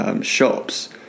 shops